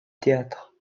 théâtre